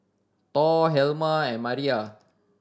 Thor Helma and Maira